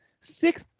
six